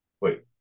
Wait